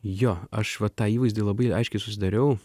jo aš vat tą įvaizdį labai aiškiai susidariau